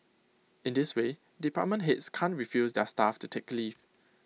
in this way department heads can't refuse their staff to take leave